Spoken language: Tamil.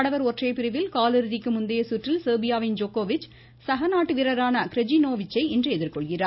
ஆடவர் ஒற்றையர் பிரிவில் காலிறுதிக்கு முந்தைய சுற்றில் செர்பியாவின் ஜோகோவிச் சகநாட்டு வீரரான க்ரெஜினோவிச் சை இன்று எதிர்கொள்கிறார்